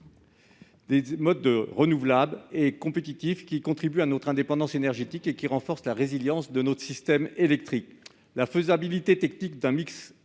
qui soient renouvelables et compétitifs, qui contribuent à notre indépendance énergétique et qui renforcent la résilience de notre système électrique. La faisabilité technique d'un mix électrique